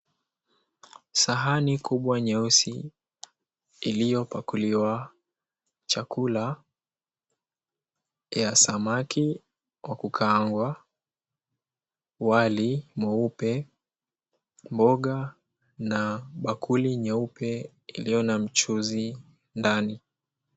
Sahani kubwa nyeusi iliyopakuliwa chakula ya samaki kwa kukaangwa, wali mweupe, mboga, na bakuli nyeupe iliyo na mchuzi ndani.